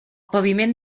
paviment